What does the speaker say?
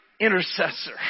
intercessor